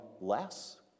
less